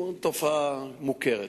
הוא תופעה מוכרת,